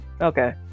Okay